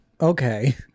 Okay